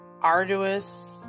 arduous